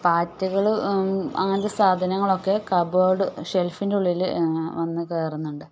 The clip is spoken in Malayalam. പാറ്റകൾ അങ്ങനത്തെ സാധനങ്ങളൊക്കെ കബോർഡ് ഷെൽഫിൻ്റെ ഉള്ളിൽ വന്ന് കയറുന്നുണ്ട്